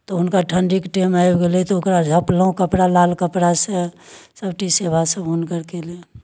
तऽ हुनका ठण्डीके टाइम आबि गेलै तऽ ओकरा झँपलहुँ कपड़ा लाल कपड़ासँ सभटी सेवासभ हुनकर कयलहुँ